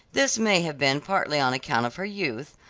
this may have been partly on account of her youth,